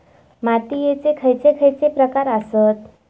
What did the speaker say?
मातीयेचे खैचे खैचे प्रकार आसत?